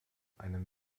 einem